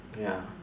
ya